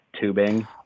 tubing